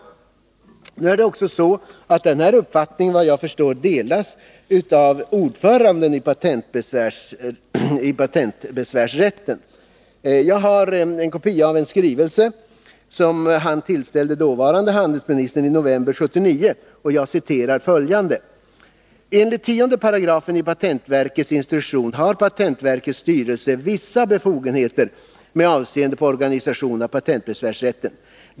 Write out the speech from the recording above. Denna uppfattning delas av ordföranden i patentbesvärsrätten. Jag har en kopia av en skrivelse som han tillställde dåvarande handelsministern i november 1979, varur jag citerar följande : ”Enligt 10 § i patentverkets instruktion har patentverkets styrelse vissa befogenheter med avseende på organisationen av patentbesvärsrätten.